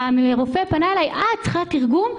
הרופא פנה אליי ושאל אותי: את צריכה תרגום?